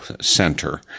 center